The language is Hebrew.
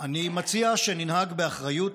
אני מציע שננהג באחריות,